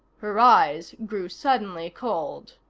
her eyes grew suddenly cold.